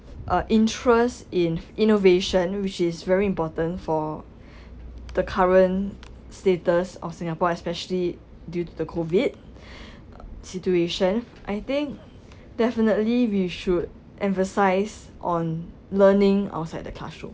uh interest in innovation which is very important for the current status of singapore especially due to the COVID situation I think definitely we should emphasize on learning outside the classroom